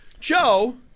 Joe